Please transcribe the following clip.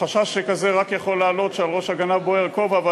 חשש שכזה יכול לעלות רק כשעל ראש הגנב בוער הכובע.